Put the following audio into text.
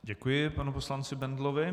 Děkuji panu poslanci Bendlovi.